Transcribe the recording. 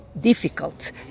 difficult